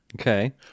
Okay